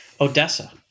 Odessa